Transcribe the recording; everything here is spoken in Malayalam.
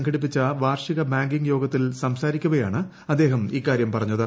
സംഘടിപ്പിച്ച വാർഷിക ബാങ്കിംഗ് യോഗത്തിൽ സംസാരിക്കവേയാണ് അദ്ദേഹം ഇക്കാര്യം പറഞ്ഞത്